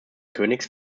königs